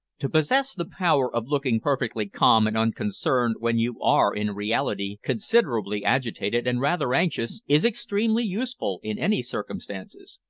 to possess the power of looking perfectly calm and unconcerned when you are in reality considerably agitated and rather anxious, is extremely useful in any circumstances,